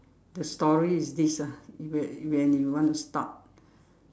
the story is this ah when when you want to start